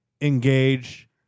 engage